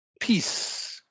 peace